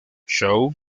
show